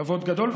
כבוד גדול.